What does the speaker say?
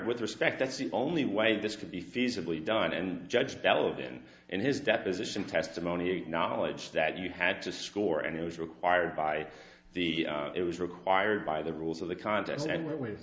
with respect that's the only way this can be feasibly done and judge belvin and his deposition testimony acknowledge that you had to score and it was required by the it was required by the rules of the